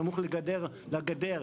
סמוך לגדר,